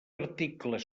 articles